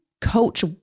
coach